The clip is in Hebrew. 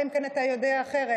אלא אם כן אתה יודע אחרת,